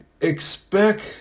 Expect